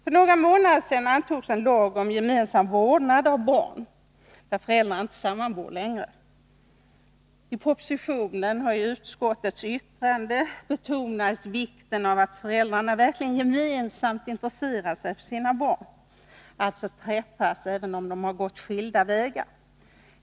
För några månader sedan antogs en lag om gemensam vårdnad för barn när föräldrarna inte sammanbor längre. I propositionen och i utskottets yttrande betonades vikten av att föräldrarna verkligen gemensamt intresserade sig för sina barn, dvs. att de träffas även om de har gått skilda vägar.